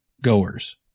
goers